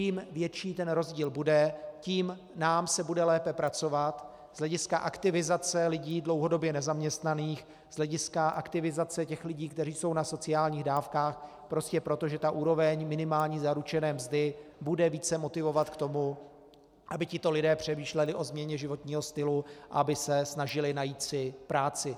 Čím větší rozdíl bude, tím lépe se nám bude pracovat z hlediska aktivizace lidí dlouhodobě nezaměstnaných, z hlediska aktivizace lidí, kteří jsou na sociálních dávkách, prostě proto, že úroveň minimální zaručené mzdy bude více motivovat k tomu, aby tito lidé přemýšleli o změně životního stylu a aby se snažili najít si práci.